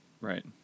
Right